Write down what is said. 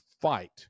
fight